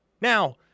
Now –